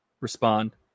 respond